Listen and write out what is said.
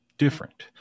different